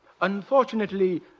Unfortunately